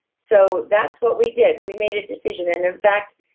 so that's what we did. we made a decision and in fact,